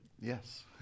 Yes